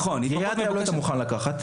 נכון, היא מבוקשת.